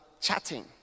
chatting